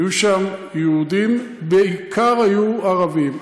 היו שם יהודים, בעיקר היו ערבים.